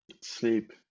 Sleep